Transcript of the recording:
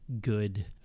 good